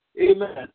Amen